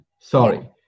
sorry